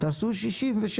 תעשו 67,